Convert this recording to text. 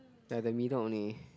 ya they are the middle only